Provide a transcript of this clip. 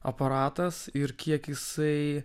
aparatas ir kiek jisai